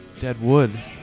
Deadwood